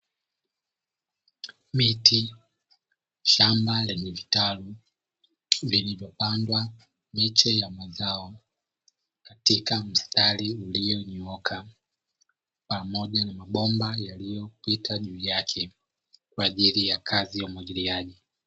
Miti, shamba lenye vitalu vilivyopandwa miche ya mazao katika mstari ulionyooka, pamoja na mabomba yaliyopita juu yake kwa ajili ya kazi ya umwagiliaji.